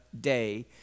day